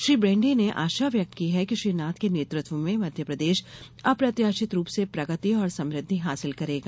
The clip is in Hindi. श्री ब्रेंडे ने आशा व्यक्त की है कि श्री नाथ के नेतृत्व में मध्यप्रदेश अप्रत्याशित रूप से प्रगति और समृद्धि हासिल करेगा